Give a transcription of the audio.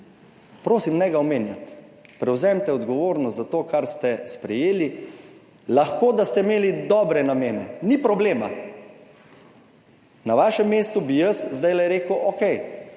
Prosim, ne ga omenjati. Prevzemite odgovornost za to, kar ste sprejeli. Lahko da ste imeli dobre namene, ni problema. Na vašem mestu bi jaz zdajle rekel, okej,